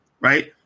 Right